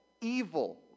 evil